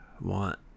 want